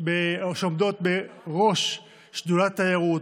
בראש שדולת התיירות,